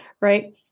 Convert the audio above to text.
right